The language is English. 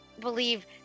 believe